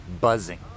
buzzing